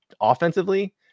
offensively